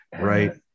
right